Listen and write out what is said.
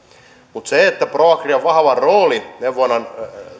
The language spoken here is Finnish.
mutta proagrian vahvan roolin neuvonnan